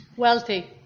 Wealthy